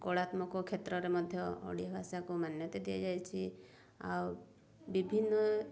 କଳାତ୍ମକ କ୍ଷେତ୍ରରେ ମଧ୍ୟ ଓଡ଼ିଆ ଭାଷାକୁ ମାନ୍ୟତା ଦିଆଯାଇଛି ଆଉ ବିଭିନ୍ନ